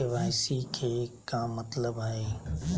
KYC के का मतलब हई?